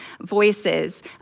voices